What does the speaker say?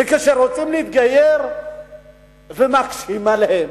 וכשהם רוצים להתגייר מקשים עליהם.